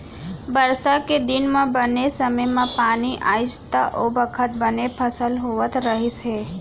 बरसा के दिन म बने समे म पानी आइस त ओ बखत बने फसल होवत रहिस हे